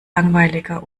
langweiliger